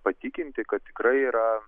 patikinti kad tikrai yra